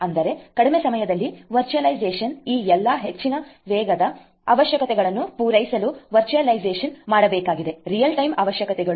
ಅಂದರೆ ಕಡಿಮೆ ಸಮಯದಲ್ಲಿ ವರ್ಚುವಲೈಸೇಶನ್ ಈ ಎಲ್ಲಾ ಹೆಚ್ಚಿನ ವೇಗದ ಅವಶ್ಯಕತೆಗಳನ್ನು ಪೂರೈಸಲು ವರ್ಚುವಲೈಸೇಶನ್ ಮಾಡಬೇಕಾಗಿದೆ ರಿಯಲ್ ಟೈಮ್ ಅವಶ್ಯಕತೆಗಳು